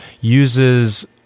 uses